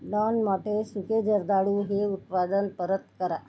don मॉटे सुके जर्दाळू हे उत्पादन परत करा